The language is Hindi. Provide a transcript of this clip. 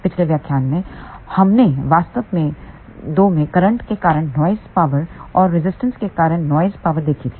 पिछले व्याख्यान में हमने वास्तव में 2 में करंट के कारण नॉइस पावर और रजिस्टर के कारण नॉइस पावर देखी थी